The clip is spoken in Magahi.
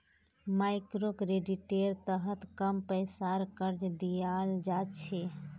मइक्रोक्रेडिटेर तहत कम पैसार कर्ज दियाल जा छे